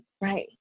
Right